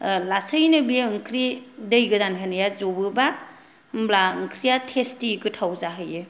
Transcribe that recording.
लासैनो बेयो ओंख्रि दै गोदान होनाया जबोबा होमब्ला ओंख्रिया टेस्टि गोथाव जाहैयो